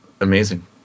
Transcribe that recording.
amazing